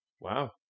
Wow